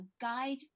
guide